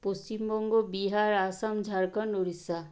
Paschimbanga Bihar Assam Jharkhand Orissa